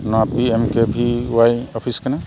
ᱱᱚᱣᱟ ᱠᱟᱱᱟ